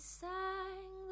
sang